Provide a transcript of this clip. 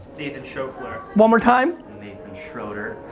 nathan schoeffler. one more time. nathan scherotter.